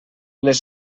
les